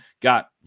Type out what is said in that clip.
got